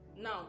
Now